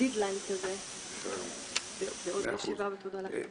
דד ליין כזה ועוד ישיבה, ותודה לך.